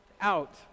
out